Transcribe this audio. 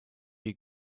few